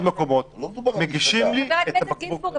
מקומות מגישים לי את הבקבוק --- חבר הכנסת גינזבורג,